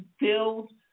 build